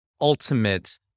ultimate